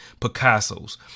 Picasso's